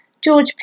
George